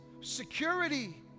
security